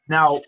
Now